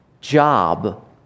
job